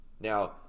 Now